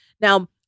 Now